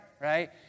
right